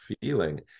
feeling